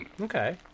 okay